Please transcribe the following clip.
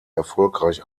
erfolgreich